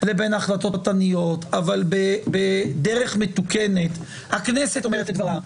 לבין החלטות פרטניות אבל בדרך מתוקנת הכנסת אומרת את דברה,